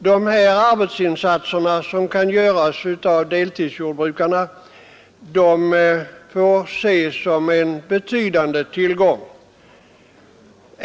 De arbetsinsatser som kan göras av deltidsjordbrukarna får ses som en betydande tillgång.